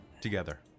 Together